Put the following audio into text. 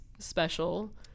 special